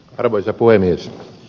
arvoisa puhemies